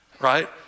Right